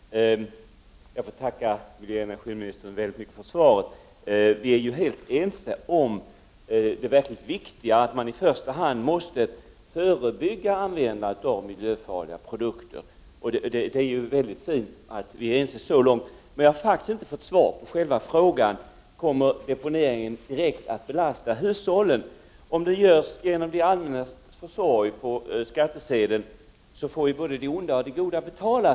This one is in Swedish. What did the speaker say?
Herr talman! Jag tackar miljöoch energiministern så mycket för svaret. Vi är helt ense om det verkligt viktiga, nämligen att man i första hand måste vidta förebyggande åtgärder när det gäller användningen av miljöfarliga produkter. Det är alltså mycket fint att vi är ense så långt. Men jag har faktiskt inte fått svar på den egentliga frågan: Kommer deponeringen att direkt belasta hushållen? Om det görs genom det allmännas försorg, via skattsedeln, får, så att säga, både de onda och de goda betala.